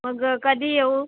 मग कधी येऊ